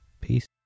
Peace